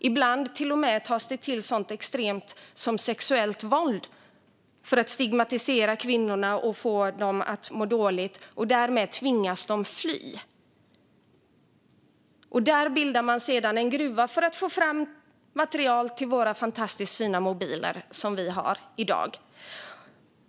Ibland blir det fråga om sexuellt våld för att stigmatisera kvinnorna, få dem att må dåligt och därmed tvingas fly. Där öppnas sedan en gruva för att få fram material till våra fantastiskt fina mobiler.